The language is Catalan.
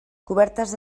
cobertes